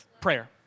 Prayer